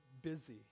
busy